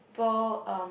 ~ple um